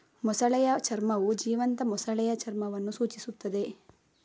ಮೊಸಳೆಯ ಚರ್ಮವು ಜೀವಂತ ಮೊಸಳೆಯ ಚರ್ಮವನ್ನು ಸೂಚಿಸುತ್ತದೆ